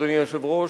אדוני היושב-ראש,